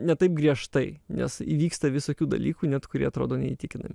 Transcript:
ne taip griežtai nes įvyksta visokių dalykų net kurie atrodo neįtikinami